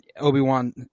Obi-Wan